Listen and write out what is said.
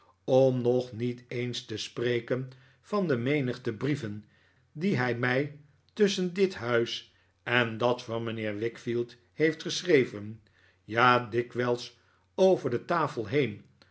om nog niet eens te spreken van de menigte brieven die hij mij tusschen dit huis en dat van mijnheer wickfield heeft geschreven ja dikwijls over de tafel heen